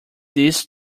this